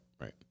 Right